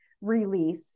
release